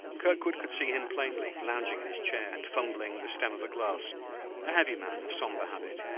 kirkwood could see him plainly, lounging in his chair and fumbling the stem of a glass a heavy man, of somber habit,